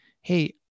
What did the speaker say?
hey